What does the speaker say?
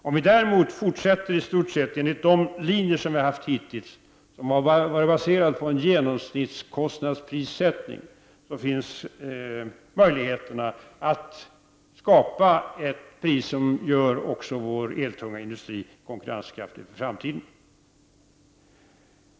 Om vi däremot fortsätter i stort sett enligt de linjer som vi hittills har haft, som har varit baserade på en genomsnittskostnadsprissättning, så finns det möjligheter att skapa ett pris som gör också vår elintensiva industri konkurrenskraftig inför framtiden.